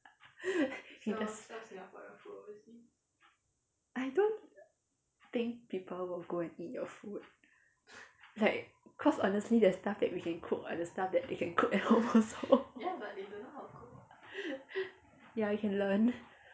we can just I don't think people will go and eat your food like cause honestly the stuff that we can cook are the stuff that they can cook at home also ya you can learn